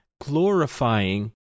glorifying